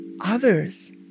others